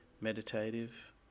meditative